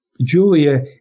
Julia